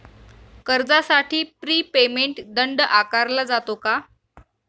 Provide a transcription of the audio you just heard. कर्जासाठी prepayment दंड आकारला जातो का?